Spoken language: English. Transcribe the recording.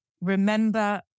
remember